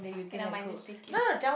okay lah I just take it